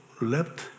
left